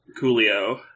Coolio